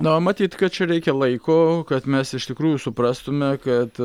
na matyt kad čia reikia laiko kad mes iš tikrųjų suprastume kad